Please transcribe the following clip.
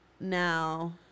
Now